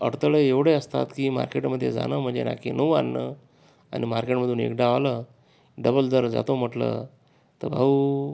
अडथळे एवढे असतात की मार्केटमधे जाणं म्हणजे नाकीनऊ आणणं आणि मार्केटमधून एकदा आलं डबल जर जातो म्हटलं तर भाऊ